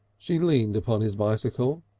she leaned upon his bicycle.